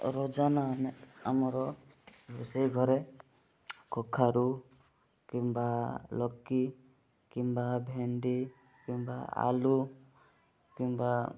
ରୋଜାନା ଆମେ ଆମର ରୋଷେଇ ଘରେ କଖାରୁ କିମ୍ବା ଲକି କିମ୍ବା ଭେଣ୍ଡି କିମ୍ବା ଆଳୁ କିମ୍ବା